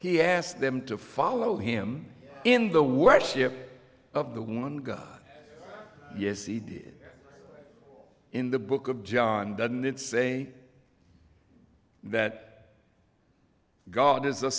he asked them to follow him in the worship of the one god yes he did in the book of john doesn't it say that god is